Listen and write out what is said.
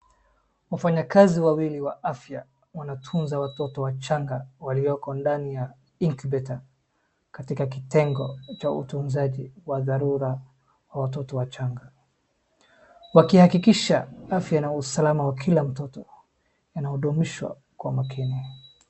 Wafanyakazi wawili wa faya wanatunza watoto wachanga waliyoko ndani ya incubator katika kitengo cha utunzaji wa dharura wa watoto wachanga. Wakihakikisha afya na usalama wa kila mtoto yanahudumishwa kwa makini.